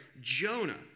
Jonah